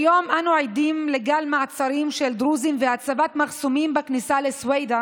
כיום אנו עדים לגל מעצרים של דרוזים והצבת מחסומים בכניסה לסווידא